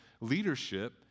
Leadership